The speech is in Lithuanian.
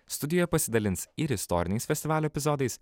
studijoje pasidalins ir istoriniais festivalio epizodais